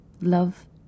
love